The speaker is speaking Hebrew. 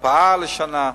הקפאה לשנה.